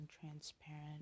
transparent